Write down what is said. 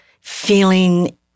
feeling